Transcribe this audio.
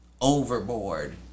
overboard